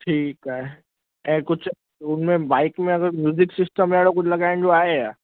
ठीकु आहे ऐं कुझु हुन में बाईक में अगरि म्यूज़िक सिस्टम अहिड़ो कुझु लॻाइण जो आहे या